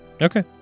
Okay